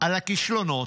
על הכישלונות,